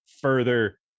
further